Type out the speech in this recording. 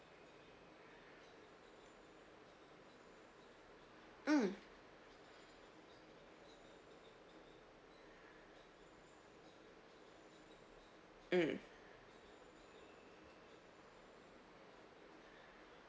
mm mm